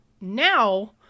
now